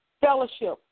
fellowship